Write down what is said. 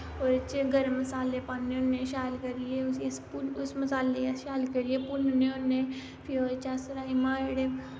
ओह्दे च गर्म मसाले पान्ने होने शैल करियै उसी उस मसाले गी अस शैल करियै भुन्नने होने फ्ही ओह्दे राजमा जेह्ड़े